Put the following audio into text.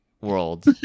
world